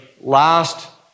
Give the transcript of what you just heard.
last